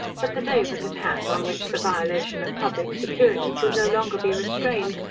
but the day was at hand, on which the violation of public security could no longer be restrained,